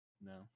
No